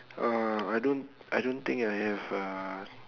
uh I don't I don't think I have uh